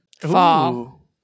Fall